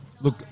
look